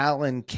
Alan